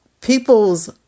People's